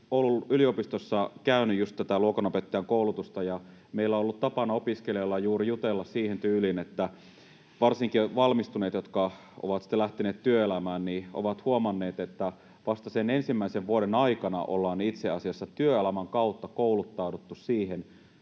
käynyt just tätä luokanopettajakoulutusta, meillä opiskelijoilla on ollut tapana juuri jutella siihen tyyliin, ja varsinkin valmistuneet, jotka ovat sitten lähteneet työelämään, ovat sen huomanneet, että vasta sen ensimmäisen vuoden aikana ollaan itse asiassa työelämän kautta kouluttauduttu siihen,